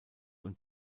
und